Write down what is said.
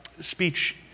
speech